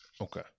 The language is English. Okay